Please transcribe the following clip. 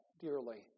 dearly